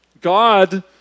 God